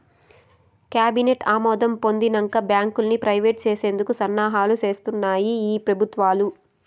cabinet ఆమోదం పొందినంక బాంకుల్ని ప్రైవేట్ చేసేందుకు సన్నాహాలు సేస్తాన్నాయి ఈ పెబుత్వాలు